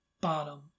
bottom